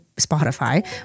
Spotify